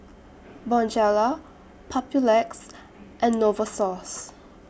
Bonjela Papulex and Novosource